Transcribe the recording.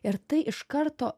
ir tai iš karto